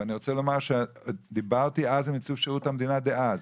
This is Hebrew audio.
אני רוצה לומר שדיברתי עם נציב שירות המדינה דאז,